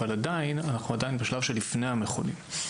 אבל עדיין אנחנו עדיין בשלב שלפני המכונים.